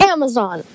Amazon